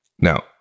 Now